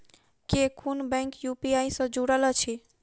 केँ कुन bank UPI सँ जुड़ल अछि?